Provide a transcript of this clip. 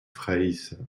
fraysse